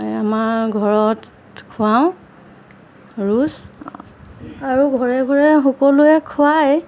আমাৰ ঘৰত খুৱাওঁ ৰুচ আৰু ঘৰে ঘৰে সকলোৱে খুৱায়